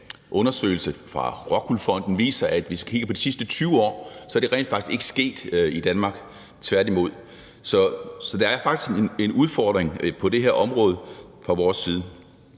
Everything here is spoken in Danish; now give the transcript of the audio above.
undersøgelse fra ROCKWOOL Fonden viser, at i de sidste 20 år er det faktisk ikke sket i Danmark, tværtimod. Så der er faktisk en udfordring på det her område set fra vores side.